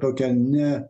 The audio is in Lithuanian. tokią ne